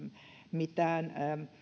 mitään